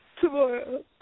Tomorrow